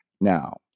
Now